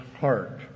heart